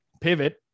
Pivot